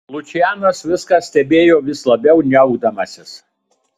lučianas viską stebėjo vis labiau niaukdamasis